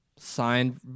signed